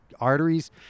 arteries